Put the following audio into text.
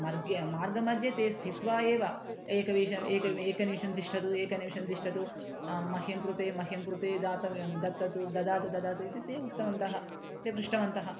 मार्गे मार्गमध्ये ते स्थित्वा एव एक विष एक एक निमिषं तिष्ठतु एक निमिषं तिष्ठतु मह्यं कृते मह्यं कृते दातव्यं ददातु ददातु ददातु इति ते उक्तवन्तः ते पृष्ठवन्तः